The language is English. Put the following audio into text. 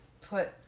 put